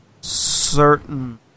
certain